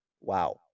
wow